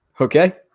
okay